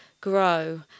grow